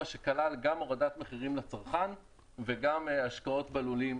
שכלל גם הורדת מחירים לצרכן וגם השקעות בלולים.